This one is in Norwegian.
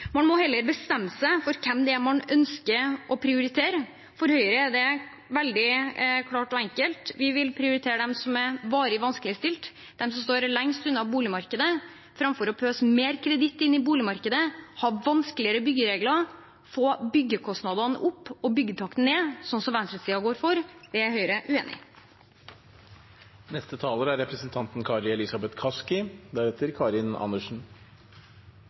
Man må heller bestemme seg for hvem det er man ønsker å prioritere. For Høyre er det veldig klart og enkelt: Vi vil prioritere dem som er varig vanskeligstilte, dem som står lengst unna boligmarkedet, framfor å pøse mer kreditt inn i boligmarkedet, ha vanskeligere byggeregler og få byggekostnadene opp og byggetakten ned, slik venstresiden går inn for. Det er Høyre uenig i. Jeg har lyst til å spørre tilbake til representanten